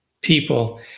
people